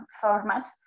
format